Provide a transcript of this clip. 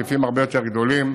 היקפים הרבה יותר גדולים.